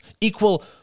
Equal